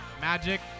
Magic